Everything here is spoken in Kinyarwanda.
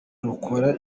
rukora